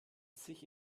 sich